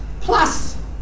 plus